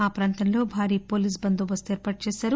ఆ ప్రాంతం లో భారీ పోలీస్ బందోబస్తు ఏర్పాటు చేశారు